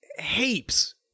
Heaps